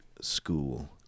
school